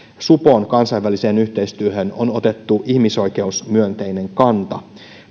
supon kansainväliseen yhteistyöhön on otettu ihmisoikeusmyönteinen kanta